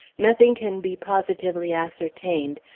nothing can be positively ascertained,